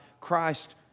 Christ